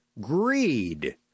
greed